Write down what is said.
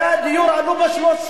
הרי מחירי הדיור כבר עלו ב-30%.